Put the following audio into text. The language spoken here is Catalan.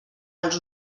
als